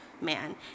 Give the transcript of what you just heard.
man